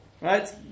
Right